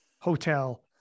hotel